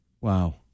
Wow